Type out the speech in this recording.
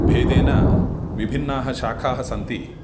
भेदेन विभिन्नाः शाखाः सन्ति